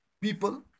people